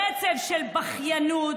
רצף של בכיינות,